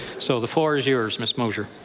so the floor is yours, ms. mosher.